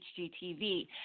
hgtv